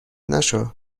نشو